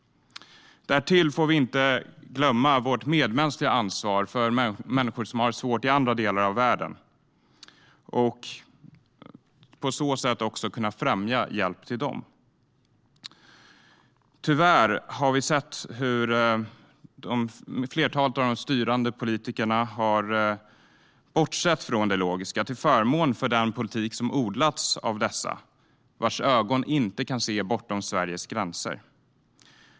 Därtill får vi inte glömma vårt medmänskliga ansvar för människor som har det svårt i andra delar av världen och på så sätt också kunna främja hjälp till dem. Tyvärr har vi sett hur flertalet av de styrande politikerna har bortsett från det logiska till förmån för den politik som odlats av dessa vars ögon inte kan se bortom Sveriges gränser.